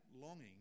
longing